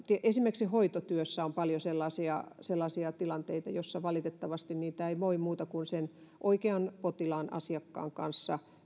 esimerkiksi hoitotyössä on paljon sellaisia sellaisia tilanteita joissa valitettavasti ei voi muuta kuin sen oikean potilaan asiakkaan kanssa